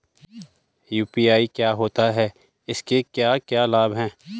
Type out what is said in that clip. UPI क्या होता है इसके क्या क्या लाभ हैं?